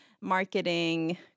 marketing